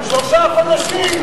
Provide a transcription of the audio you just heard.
שלושה חודשים.